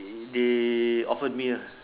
they offered me